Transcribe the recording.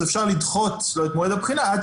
אז אפשר לדחות לו את מועד הבחינה עד